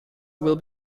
will